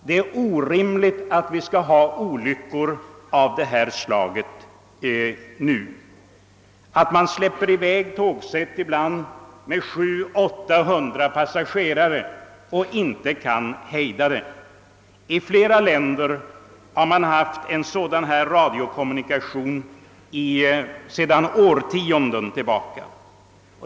Det är orimligt att vi fortfarande skall ha kvar olycksrisker av detta slag och att man släpper i väg tågsätt, ibland med 700—3800 passagerare, utan att kunna hejda tågen. I flera länder har denna form av radiokommunikation använts sedan årtionden tillbaka.